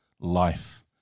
Life